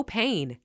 pain